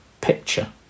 picture